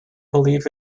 believe